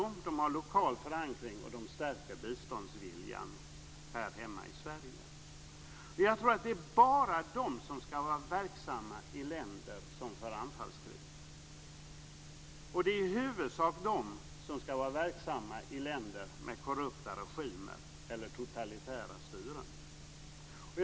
Jag tror att det bara är de som ska vara verksamma i länder som för anfallskrig. Det är i huvudsak de som ska vara verksamma i länder med korrupta regimer eller totalitära styren.